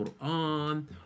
Qur'an